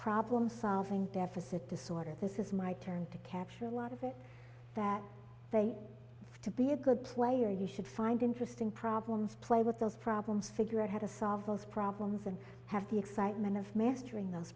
problem solving deficit disorder this is my turn to capture a lot of it that way to be a good player you should find interesting problems play with those problems figure out how to solve those problems and have the excitement of mastering those